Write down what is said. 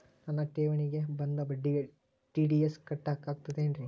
ನನ್ನ ಠೇವಣಿಗೆ ಬಂದ ಬಡ್ಡಿಗೆ ಟಿ.ಡಿ.ಎಸ್ ಕಟ್ಟಾಗುತ್ತೇನ್ರೇ?